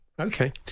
Okay